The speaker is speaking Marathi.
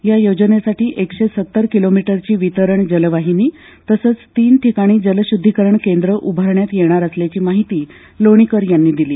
या योजनेसाठी एकशे सत्तर किलोमीटरची वितरण जलवाहिनी तसंच तीन ठिकाणी जलशुद्धीकरण केंद्रं उभारण्यात येणार असल्याची माहिती लोणीकर यांनी दिली